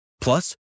Plus